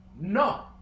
no